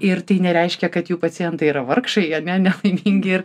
ir tai nereiškia kad jų pacientai yra vargšai ane nelaimingi ir